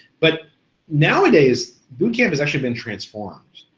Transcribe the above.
but nowadays, boot camp has actually been transformed.